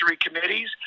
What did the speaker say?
committees